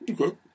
okay